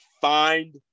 Find